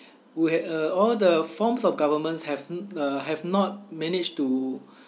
where uh all the forms of governments have uh have not managed to